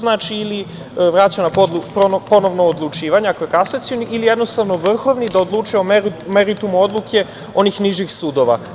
Znači, ili vraća na ponovno odlučivanje, ako je Kasacioni ili jednostavno Vrhovni, da odlučuje o meritumu odluke onih nižih sudova.